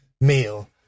meal